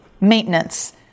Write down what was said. maintenance